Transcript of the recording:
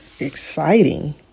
Exciting